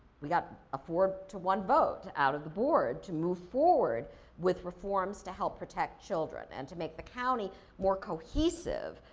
we got a four to one vote out of the board to move forward with reforms to help protect children. and to make the county more cohesive,